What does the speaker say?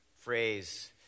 Phrase